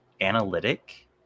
analytic